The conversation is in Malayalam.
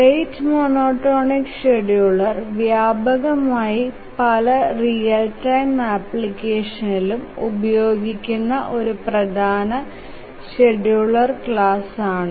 റേറ്റ് മോനോടോണിക് ഷഡ്യൂളർ വ്യാപകമായി പല റിയൽ ടൈം അപ്പ്ലിക്കേഷനിലും ഉപയോഗിക്കുന്ന ഒരു പ്രധാന ഷഡ്യൂളർ ക്ലാസ്സ് ആണ്